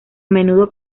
menudo